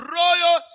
royal